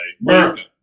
America